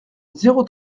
zéro